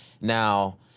Now